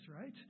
right